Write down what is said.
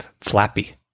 Flappy